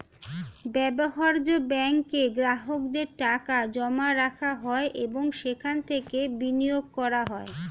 ব্যবহার্য ব্যাঙ্কে গ্রাহকদের টাকা জমা রাখা হয় এবং সেখান থেকে বিনিয়োগ করা হয়